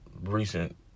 recent